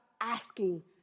asking